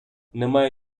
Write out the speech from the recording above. немає